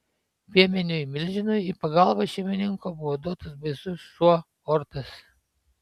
piemeniui milžinui į pagalbą šeimininko buvo duotas baisus šuo ortas